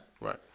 Right